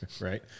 right